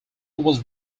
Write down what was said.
was